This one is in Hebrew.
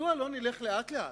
מדוע לא נלך לאט-לאט,